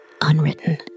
unwritten